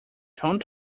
don’t